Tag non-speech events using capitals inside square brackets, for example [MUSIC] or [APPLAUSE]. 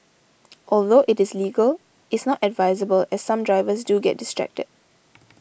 [NOISE] although it is legal is not advisable as some drivers do get distracted